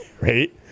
Right